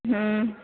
ಹ್ಞೂ